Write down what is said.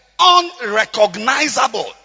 unrecognizable